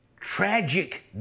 tragic